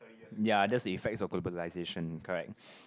ya that's the effects of globalisation correct